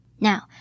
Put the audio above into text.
Now